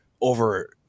over